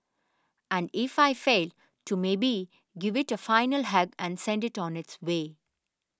and if I fail to maybe give it a final hug and send it on its way